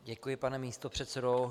Děkuji, pane místopředsedo.